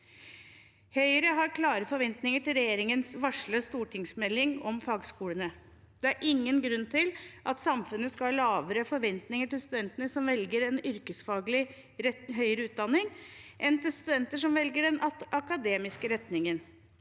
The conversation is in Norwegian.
Høyre har klare forventninger til regjeringens varslede stortingsmelding om fagskolene. Det er ingen grunn til at samfunnet skal ha lavere forventninger til studenter som velger en yrkesfaglig høyere utdanning, enn til studenter som velger den akademiske retningen.